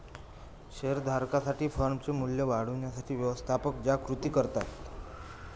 share धारकांसाठी फर्मचे मूल्य वाढवण्यासाठी व्यवस्थापक ज्या कृती करतात